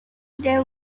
there